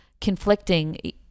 conflicting